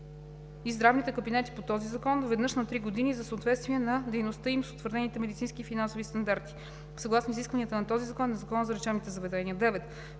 и здравните кабинети по този закон – веднъж на три години, за съответствие на дейността им с утвърдените медицински и финансови стандарти съгласно изискванията на този закон и на Закона за лечебните заведения. 9.